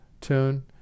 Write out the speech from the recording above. tune